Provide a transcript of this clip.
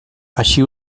així